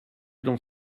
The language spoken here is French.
dans